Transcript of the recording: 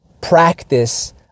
practice